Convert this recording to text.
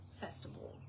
Festival